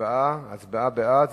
הצבעה בעד,